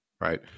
Right